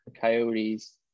Coyotes